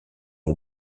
ont